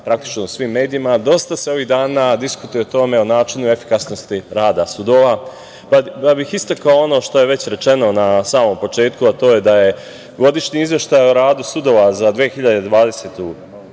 diskusija u svim medijima. Dosta se ovih dana diskutuje o načinu efikasnosti rada sudova, pa bih istakao ono što je već rečeno na samom početku, a to je da je godišnji izveštaj o radu sudova za 2020.